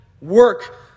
work